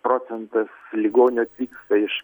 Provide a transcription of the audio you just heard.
procentas ligonių atvyksta iš